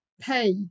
pay